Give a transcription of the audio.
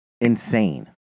insane